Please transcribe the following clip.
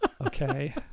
Okay